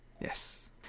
Yes